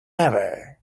ever